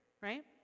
right